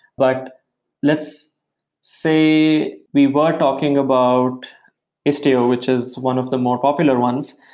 but let's say we were talking about istio, which is one of the more popular ones,